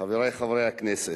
חברי חברי הכנסת,